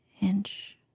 inch